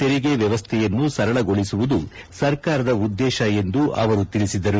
ತೆರಿಗೆ ವ್ಲವಸ್ಥೆಯನ್ನು ಸರಳಗೊಳಿಸುವುದು ಸರ್ಕಾರದ ಉದ್ದೇಶ ಎಂದು ಅವರು ತಿಳಿಸಿದರು